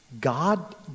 God